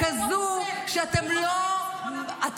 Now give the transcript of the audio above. כזו שאתם --- הפוסל במומו פוסל.